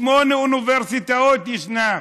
שמונה אוניברסיטאות ישנן,